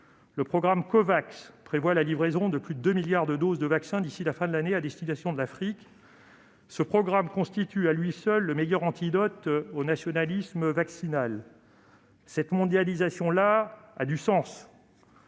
Le programme Covax prévoit la livraison de plus de 2 milliards de doses de vaccins, d'ici à la fin de l'année, à destination de l'Afrique. Ce programme constitue à lui seul le meilleur antidote au nationalisme vaccinal. Cette mondialisation-là a du sens